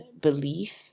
belief